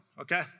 okay